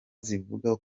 zivuga